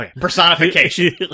Personification